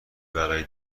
برای